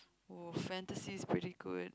oh fantasy is pretty good